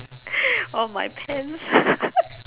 on my pants